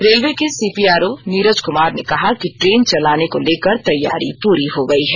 railway के CPRO Neeraj Kumar ने कहा कि ट्रेन चलाने को लेकर तैयारी पूरी हो गई है